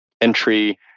entry